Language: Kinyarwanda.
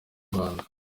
rwanda